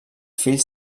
fills